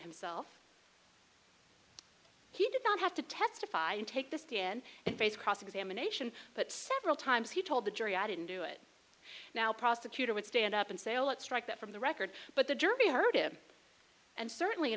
himself he did not have to testify and take the stand and face cross examination but several times he told the jury i didn't do it now prosecutor would stand up and say oh let's strike that from the record but the jury heard him and certainly in